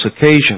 occasion